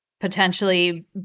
potentially